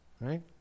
right